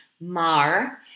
mar